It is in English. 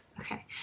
Okay